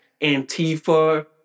Antifa